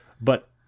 but-